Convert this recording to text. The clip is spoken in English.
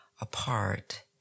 apart